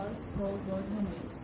और बहुत बहुत धन्यवाद